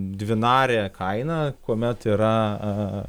dvinarė kaina kuomet yra